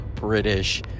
British